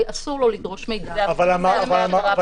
אסור לדרוש מידע --- זאת עברה פלילית.